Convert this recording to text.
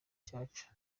cyacu